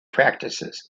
practices